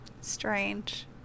Strange